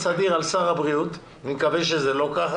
אדיר על שר הבריאות אני מקווה שזה לא כך